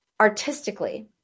artistically